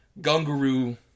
gunguru